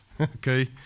okay